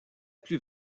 plus